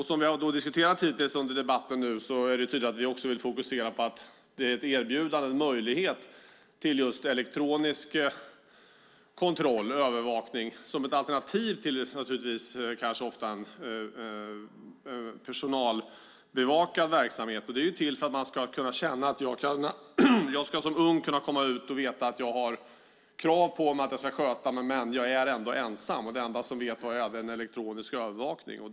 Som framkommit i debatten ska elektronisk övervakning erbjudas som ett alternativ till en personalbevakad verksamhet. Den unge har krav på sig att sköta sig men är ensam. Den enda som vet var man befinner sig är den elektroniska övervakningen.